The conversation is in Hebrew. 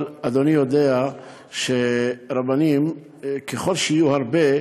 אבל אדוני יודע שרבנים, ככל שיש הרבה,